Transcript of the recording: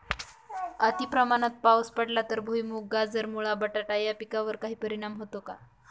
अतिप्रमाणात पाऊस पडला तर भुईमूग, गाजर, मुळा, बटाटा या पिकांवर काही परिणाम होतो का?